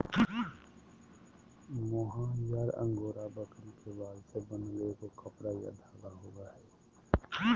mohair angora बकरी के बाल से बनल एगो कपड़ा या धागा होबैय हइ